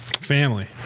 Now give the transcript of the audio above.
Family